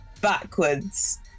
backwards